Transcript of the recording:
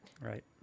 right